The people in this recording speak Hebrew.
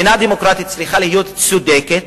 שמדינה דמוקרטית צריכה להיות צודקת,